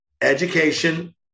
Education